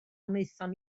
wnaethon